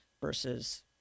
versus